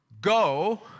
go